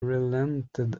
relented